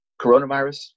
Coronavirus